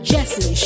Jesse